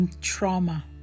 trauma